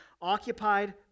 occupied